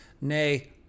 nay